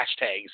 hashtags